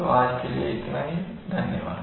तो आज के लिए इतना ही धन्यवाद